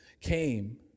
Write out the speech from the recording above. came